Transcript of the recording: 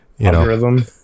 algorithm